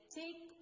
take